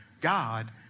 God